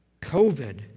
COVID